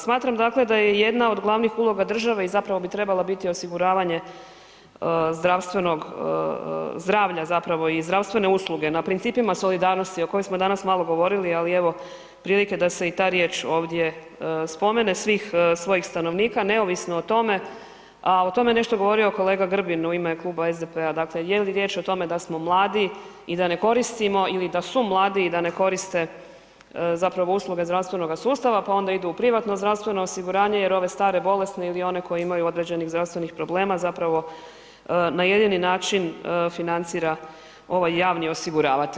Smatram, dakle da je jedna od glavnih uloga države i zapravo bi trebala biti osiguravanje zdravstvenog, zdravlja zapravo i zdravstvene usluge na principima solidarnosti o kojoj smo danas malo govorili, ali evo prilike da se i ta riječ ovdje spomene, svih svojih stanovnika neovisno o tome, a o tome je nešto govorio kolega Grbin u ime Kluba SDP-a, dakle je li riječ o tome da smo mladi i da ne koristimo ili da su mladi i da ne koriste zapravo usluge zdravstvenoga sustava pa onda idu u privatno zdravstveno osiguranje jer ove stare bolesne ili one koji imaju određenih zdravstvenih problema zapravo na jedini način financira ovaj javni osiguravatelj.